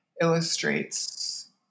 illustrates